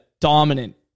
dominant